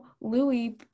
Louis